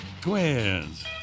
Twins